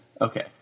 Okay